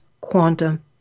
quantum